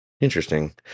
Interesting